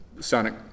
sonic